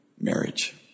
marriage